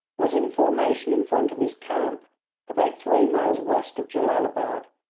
was in formation in front of his camp about three miles west of jellalabad,